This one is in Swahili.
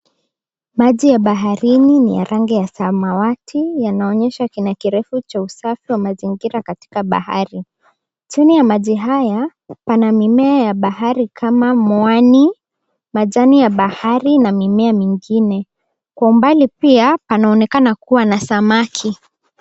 Maji ya baharini ni ya rangi ya samawati, yanaonyesha kina kirefu cha usafi wa mazingira katika bahari. Chini ya maji haya, pana mimea ya bahari kama mwani, majani ya bahari na mimea mingine. Kwa umbali pia panaonekana kuwa na samaki.